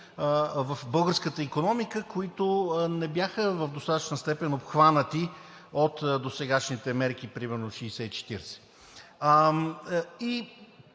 в българската икономика, които не бяха в достатъчна степен обхванати от досегашните мерки, примерно 60/40. И